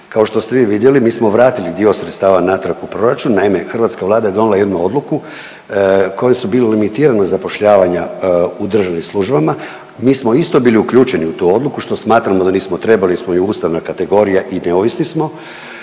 Kao što ste vi vidjeli mi smo vratili dio sredstava natrag u proračun, naime hrvatska Vlada je donijela odluku kojom su bili limitirana zapošljavanja u državnim službama, mi smo isto bili uključeni u tu odluku što smatramo da nismo trebali jer smo i ustavna kategorija i neovisni smo